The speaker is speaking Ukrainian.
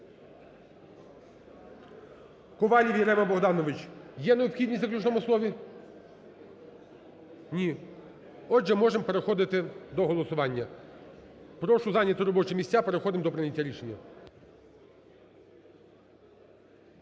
Ковалів Ярема Богданович, є необхідність в заключному слові? Ні. Отже, можемо переходити до голосування. Прошу зайняти робочі місця, переходимо до прийняття рішення.